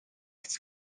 its